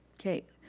okay,